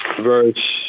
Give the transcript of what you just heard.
verse